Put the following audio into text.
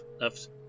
left